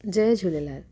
Jay Jhulelal